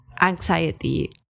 Anxiety